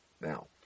Now